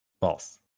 False